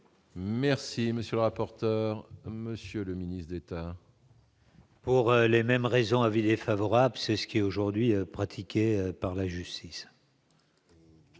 Merci, monsieur le rapporteur, monsieur le ministre d'État. Pour les mêmes raisons avis défavorable, c'est ce qui est aujourd'hui pratiqué par la justice.